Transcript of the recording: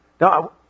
Now